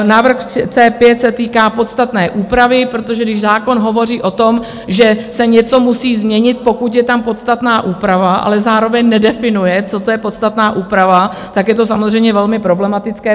Návrh C5 se týká podstatné úpravy, protože když zákon hovoří o tom, že se něco musí změnit, pokud je tam podstatná úprava, ale zároveň nedefinuje, co to je podstatná úprava, tak je to samozřejmě velmi problematické.